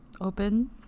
open